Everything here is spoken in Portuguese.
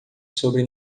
sobre